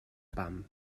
pam